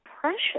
precious